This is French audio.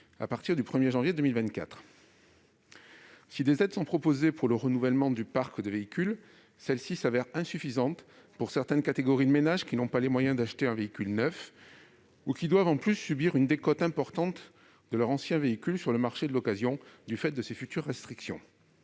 à compter du 1janvier 2024. Les aides proposées pour le renouvellement du parc de véhicules se révèlent insuffisantes pour certaines catégories de ménages, qui n'ont pas les moyens d'acheter un véhicule neuf ou qui doivent, en plus, subir une décote importante de leur ancien véhicule sur le marché de l'occasion du fait de ces futures restrictions